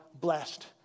blessed